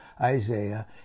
Isaiah